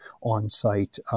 on-site